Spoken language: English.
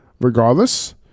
regardless